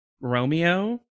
romeo